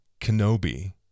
Kenobi